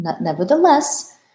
Nevertheless